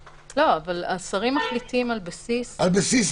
לא צריך פיקוח של הכנסת רק דיווח?